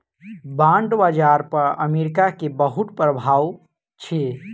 bond बाजार पर America के बहुत प्रभाव अछि